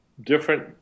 different